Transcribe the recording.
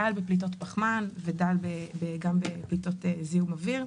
דל בפליטות פחמן וגם דל בזיהום אוויר.